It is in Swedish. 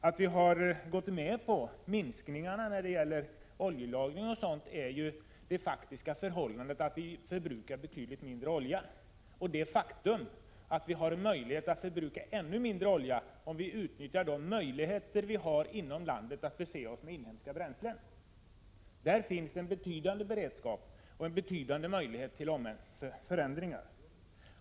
Att centern har gått med på minskningarna av oljelagringen o. d. beror ju på att vi i dag faktiskt förbrukar betydligt mindre olja och på det faktum att det finns förutsättningar för att förbruka ännu mindre olja, om vi utnyttjar möjligheterna att använda inhemska bränslen. På detta område finns en betydande beredskap och stora möjligheter till förändringar.